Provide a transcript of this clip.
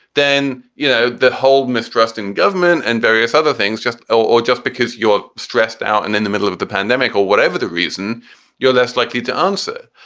then you know the whole mistrust in government and various other things just or just because you're stressed out and in the middle of of the pandemic or whatever, the reason you're less likely to answer.